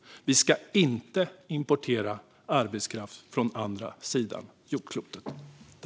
Vi ska inte importera arbetskraft från andra sidan jordklotet.